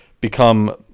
become